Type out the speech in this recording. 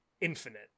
infinite